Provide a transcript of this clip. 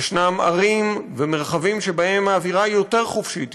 יש ערים ומרחבים שבהם האווירה היא יותר חופשית,